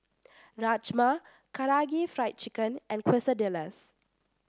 Rajma Karaage Fried Chicken and Quesadillas